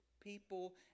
people